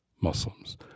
Muslims